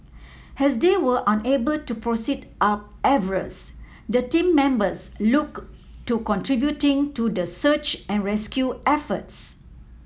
as they were unable to proceed up Everest the team members looked to contributing to the search and rescue efforts